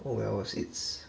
oh well it's